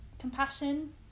Compassion